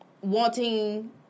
wanting